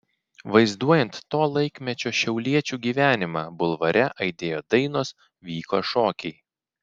vaizduojant to laikmečio šiauliečių gyvenimą bulvare aidėjo dainos vyko šokiai